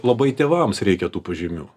labai tėvams reikia tų pažymių